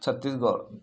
Chhattisgarh